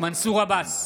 מנסור עבאס,